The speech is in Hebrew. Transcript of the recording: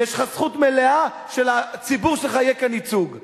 ויש לך זכות מלאה שלציבור שלך יהיה כאן ייצוג,